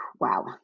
Wow